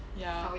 ya